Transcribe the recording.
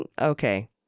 Okay